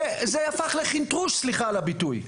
זה הפך לחינטרוש, סליחה על הביטוי.